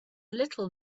little